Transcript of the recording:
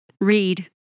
read